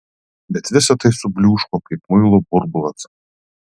bet visa tai subliūško kaip muilo burbulas